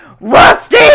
Rusty